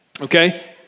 Okay